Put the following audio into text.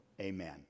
Amen